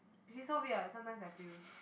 which is so weird sometimes I feel